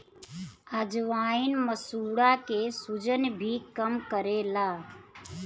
अजवाईन मसूड़ा के सुजन भी कम करेला